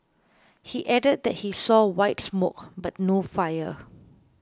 he added that he saw white smoke but no fire